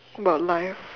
about life